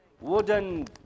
wooden